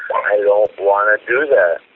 i don't want to do that.